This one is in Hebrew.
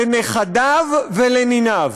לנכדיו ולניניו.